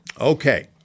Okay